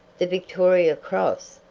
the victoria cross?